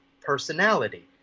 personality